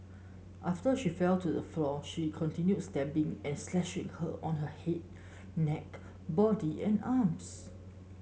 after she fell to the floor he continued stabbing and slashing her on her head neck body and arms